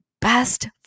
best